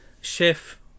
Chef